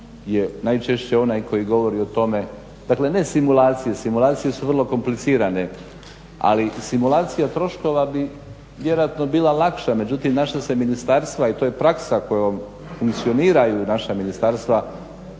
je najčešće onaj koji govori o tome. Dakle ne simulacije, simulacije su vrlo komplicirane ali simulacija troškova bi vjerojatno bila lakša. Međutim, naša se ministarstva i to je praksa u kojoj funkcioniraju naša ministarstva